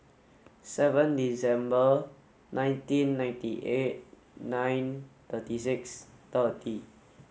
seven December nineteen ninety eight nine thirty six thirty